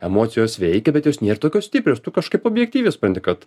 emocijos veikia bet jos nėr tokios stiprios tu kažkaip objektyviai nusprendi kad